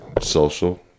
Social